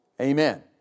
Amen